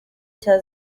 cya